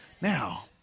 Now